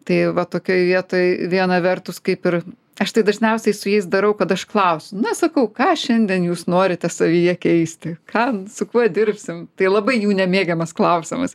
tai va tokioj vietoj viena vertus kaip ir aš tai dažniausiai su jais darau kad aš klausiu na sakau ką šiandien jūs norite savyje keisti ką su kuo dirbsim tai labai jų nemėgiamas klausimas